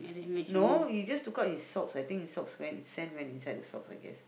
no he just took out his socks I think the socks went sand went inside the socks I guess